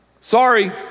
Sorry